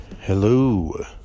hello